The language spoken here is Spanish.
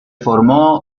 formó